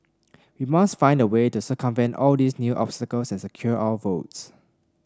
we must find a way to circumvent all these new obstacles and secure our votes